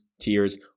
tiers